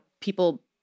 people